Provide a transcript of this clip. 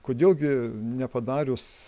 kodėl gi nepadarius